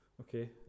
Okay